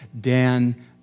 Dan